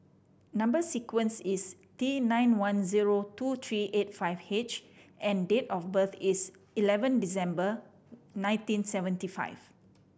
number sequence is T nine one zero two three eight five H and date of birth is eleven December nineteen seventy five